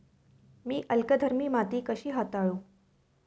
मी अल्कधर्मी माती कशी हाताळू?